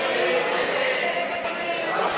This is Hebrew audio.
מאיר פרוש, אורי מקלב, מנחם